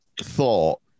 Thought